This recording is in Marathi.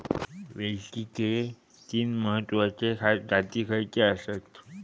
वेलचीचे तीन महत्वाचे जाती खयचे आसत?